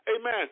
Amen